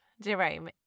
Jerome